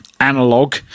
analog